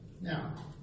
Now